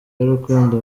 y’urukundo